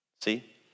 See